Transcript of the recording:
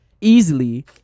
easily